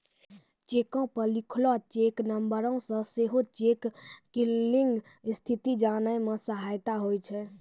चेको पे लिखलो चेक नंबरो से सेहो चेक क्लियरिंग स्थिति जाने मे सहायता होय छै